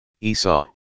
Esau